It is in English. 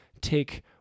take